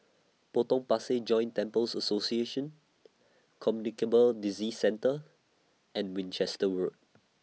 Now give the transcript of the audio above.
Potong Pasir Joint Temples Association Communicable Disease Centre and Winchester Road